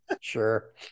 Sure